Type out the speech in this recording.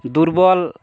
দুর্বল